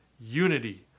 unity